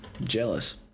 jealous